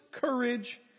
courage